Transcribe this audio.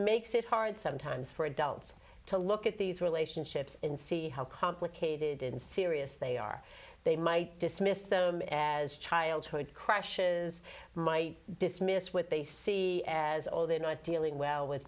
makes it hard sometimes for adults to look at these relationships and see how complicated and serious they are they might dismiss them as childhood crushes might dismiss what they see as all they're not dealing well with